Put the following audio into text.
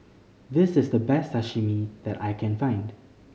this is the best Sashimi that I can find